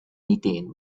methane